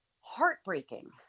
heartbreaking